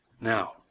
now